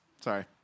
Sorry